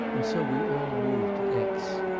and so we all moved to aix.